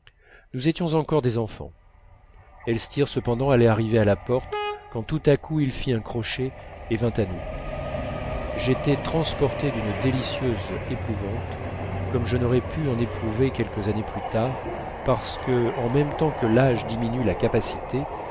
nous étions encore des enfants elstir cependant allait arriver à la porte quand tout à coup il fit un crochet et vint à nous j'étais transporté d'une délicieuse épouvante comme je n'aurais pu en éprouver quelques années plus tard parce que en même temps que l'âge diminue la capacité